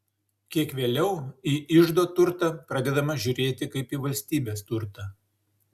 kiek vėliau į iždo turtą pradedama žiūrėti kaip į valstybės turtą